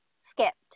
skipped